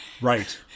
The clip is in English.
Right